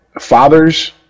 Fathers